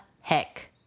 heck